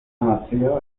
nació